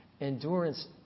Endurance